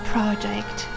Project